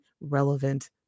relevant